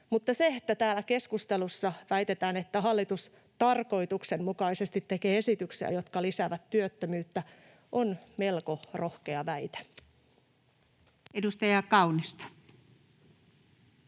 mutta se, että täällä keskustelussa väitetään, että hallitus tarkoituksenmukaisesti tekee esityksiä, jotka lisäävät työttömyyttä, on melko rohkea väite. [Speech 15]